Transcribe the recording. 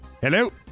Hello